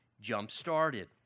jump-started